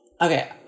okay